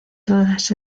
todas